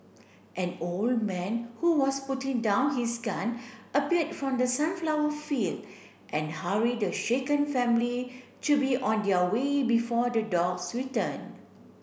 an old man who was putting down his gun appeared from the sunflower field and hurried the shaken family to be on their way before the dogs return